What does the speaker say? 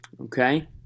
okay